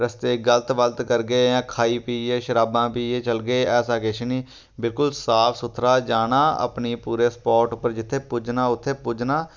रस्ते ई गलत बल्त करगे जां खाई पियै शराबां पियै चलगे ऐसा किश नी बिलकुल साफ सुथरा जाना अपने पूरे स्पाट उप्पर जित्थे पुज्जना उत्थे पुज्जना